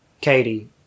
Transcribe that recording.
Katie